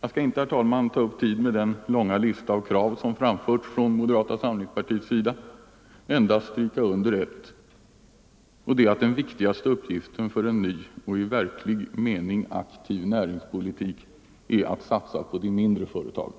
Jag skall inte, herr talman, ta upp tid med den långa lista av krav som framförts från moderata samlingspartiets sida, endast understryka ett, att den viktigaste uppgiften för en ny och i verklig mening aktiv näringspolitik är att satsa på de mindre företagen.